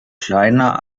kleiner